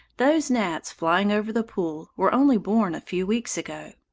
those gnats flying over the pool were only born a few weeks ago.